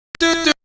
do